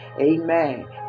Amen